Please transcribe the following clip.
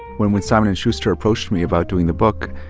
when when simon and schuster approached me about doing the book,